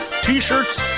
t-shirts